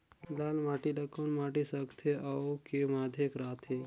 लाल माटी ला कौन माटी सकथे अउ के माधेक राथे?